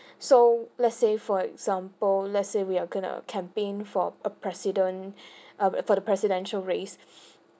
so let's say for example let's say we're going to campaign for a president uh for the presidential race